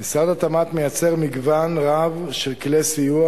משרד התמ"ת מייצר מגוון רב של כלי סיוע